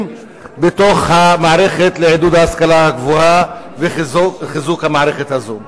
בתוך המערכת לעידוד ההשכלה הגבוהה וחיזוק המערכת הזאת.